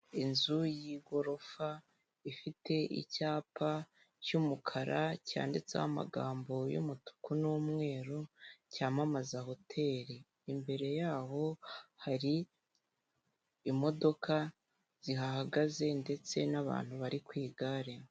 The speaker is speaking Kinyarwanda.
Inzu y'igorofa ifite icyapa cy'umukara cyanditseho amagambo y'umutuku n'umweru, Cyamamaza hoteri, imbere yabo hari imodoka zihagaze ndetse nabantu bari ku igare.